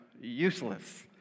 useless